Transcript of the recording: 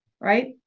right